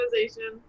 organization